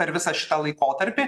per visą šitą laikotarpį